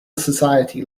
society